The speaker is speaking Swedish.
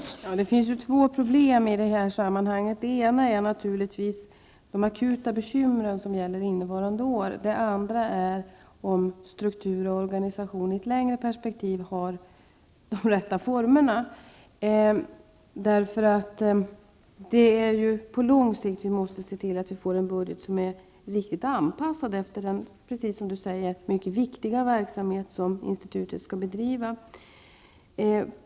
Herr talman! Det finns två problem i det här sammanhanget. Det ena är naturligtvis de akuta bekymren som gäller innevarande år, och det andra är om struktur och organisation i ett längre perspektiv har de rätta formerna. Vi måste se till att vi på lång sikt får en budget som är anpassad efter den -- precis som du säger -- mycket viktiga verksamhet som institutet bedriver.